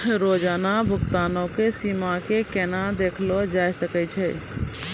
रोजाना भुगतानो के सीमा के केना देखलो जाय सकै छै?